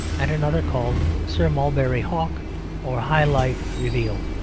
and another called sir mulberry hawk or high life revealed,